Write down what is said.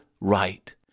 right